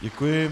Děkuji.